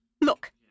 look